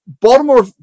Baltimore